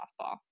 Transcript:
softball